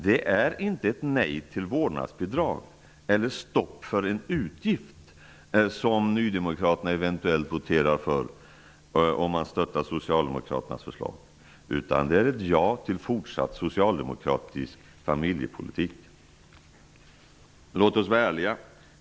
Det är inte ett nej till vårdnadsbidrag eller stopp till en utgift som Nydemokraterna eventuellt voterar för, om de stöttar Socialdemokraternas förslag, utan det är ett ja till fortsatt socialdemokratisk familjepolitik. Låt oss vara ärliga.